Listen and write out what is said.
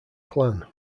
clan